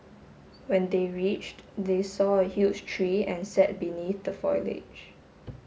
when they reached they saw a huge tree and sat beneath the foliage